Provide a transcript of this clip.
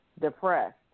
depressed